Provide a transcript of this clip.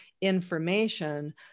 information